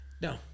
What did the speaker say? No